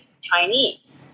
Chinese